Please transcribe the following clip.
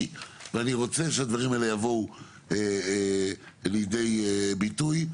ואני רוצה שהדברים האלה יבואו לידי ביטוי.